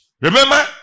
Remember